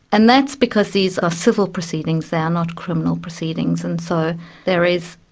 and that's because these are civil proceedings, they are not criminal proceedings, and so there is,